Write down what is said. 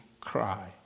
cry